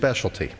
specialty